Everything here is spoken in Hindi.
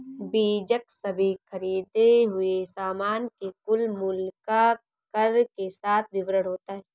बीजक सभी खरीदें हुए सामान के कुल मूल्य का कर के साथ विवरण होता है